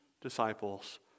disciple's